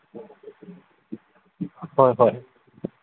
ꯍꯣꯏ ꯍꯣꯏ